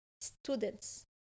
students